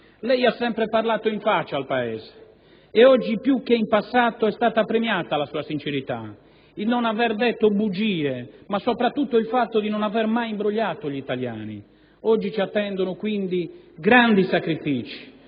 Lei ha parlato in faccia al Paese e oggi più che in passato è stata premiata la sua sincerità, il non aver detto bugie, ma soprattutto il fatto di non aver mai imbrogliato gli italiani. Oggi ci attendono grandi sacrifici